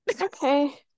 okay